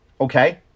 okay